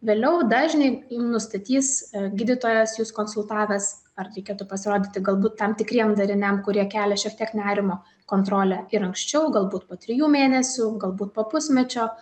vėliau dažnį jum nustatys gydytojas jus konsultavęs ar reikėtų pasirodyti galbūt tam tikriem dariniam kurie kelia šiek tiek nerimo kontrolę ir anksčiau galbūt po trijų mėnesių galbūt po pusmečio